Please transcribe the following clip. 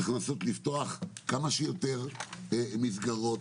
צריך לנסות לפתוח כמה שיותר מסגרות,